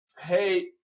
Hey